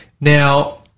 Now